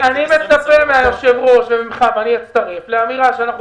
אני מצפה מהיושב-ראש וממך לאמירה שאנחנו